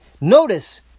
Notice